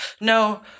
No